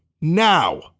Now